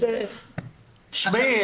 תאמין לי,